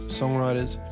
songwriters